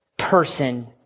person